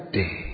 day